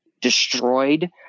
destroyed